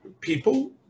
people